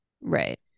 right